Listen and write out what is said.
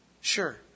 Sure